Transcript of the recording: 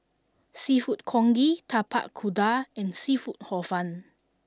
seafood Congee Tapak Kuda and seafood Hor Fun